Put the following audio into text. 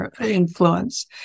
influence